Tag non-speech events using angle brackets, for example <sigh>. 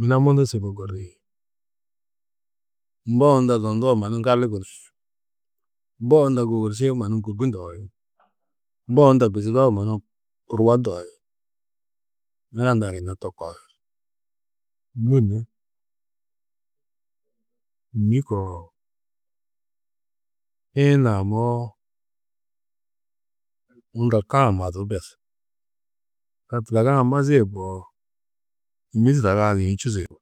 Yuna mundu su hôkorĩ mbo unda zundua mannu ŋgalli <unintelligible> mbo wôworšio mannu gûrbi ndohi mbo unda bizido mannu burwo ndohi. Yina hundã yina to kua nû ni hîmi koo šiĩ naamo unda ka mazú bes. Ka tudaga-ã mazîe koo hîmi tudaga-ã du yunu čûsu yugó